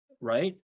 right